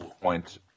point